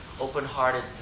open-hearted